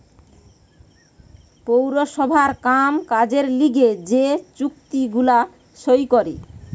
পৌরসভার কাম কাজের লিগে যে চুক্তি গুলা সই করে